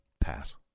Pass